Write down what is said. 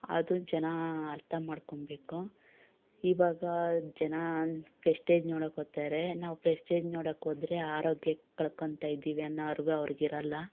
ಅದು ಜನ ಅರ್ಥ ಮಾಡ್ಕೊಳ್ಬೇಕು ಇವಾಗ ಜನ ಪ್ರೆಸ್ಟೇಜ್ ನೋಡೋಕ್ಕೋಗ್ತಾರೆ ನಾವು ಪ್ರೆಸ್ಟೇಜ್ ನೋಡೋಕೋದ್ರೆ ಆರೋಗ್ಯ ಕಳ್ಕೋಳ್ತಾ ಇದ್ದೀವಿ ಅನ್ನೋ ಅರಿವು ಅವ್ರಿಗಿರೋಲ್ಲ